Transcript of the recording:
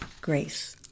grace